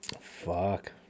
Fuck